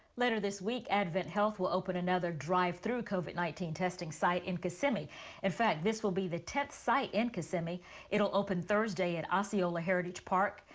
later this week advent health will open another drive through covid nineteen testing site in kissimmee in fact this will be the test site in kissimmee it will open thursday in osceola heritage park.